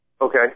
Okay